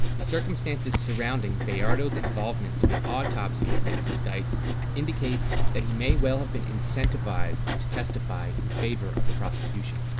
the circumstances surrounding bayardo's involvement in the autopsy of stacey stites indicates that he may well have been incentivized to testify in favor of the prosecution.